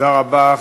תודה רבה.